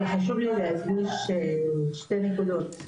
חשוב לי להגיד שתי נקודות.